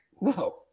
No